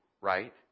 right